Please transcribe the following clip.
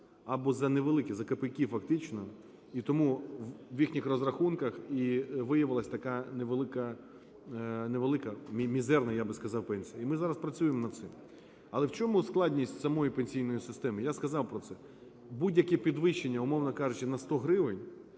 або за невеликі, за копійки фактично. І тому в їхніх розрахунках і виявилась така невелика, невелика, мізерна, я би сказав, пенсія. І ми зараз працюємо над цим. Але в чому складність самої пенсійної системи, я сказав про це. Будь-яке підвищення, умовно кажучи на 100 гривень,